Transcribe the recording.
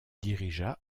dirigea